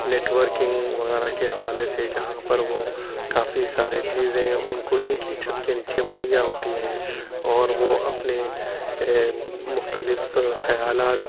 networking وغیرہ کے حوالے سے جہاں پر وہ کافی سارے چیزیں ان کو ایک ہی چھت کے نیچے مہیا ہوتی ہیں اور وہ اپنے مختلف خیالات